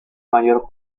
mayor